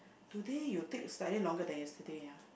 today you take slightly longer than yesterday ah